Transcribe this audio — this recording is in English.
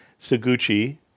Suguchi